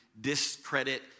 discredit